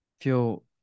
feel